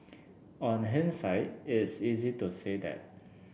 on hindsight it's easy to say that